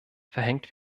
verhängt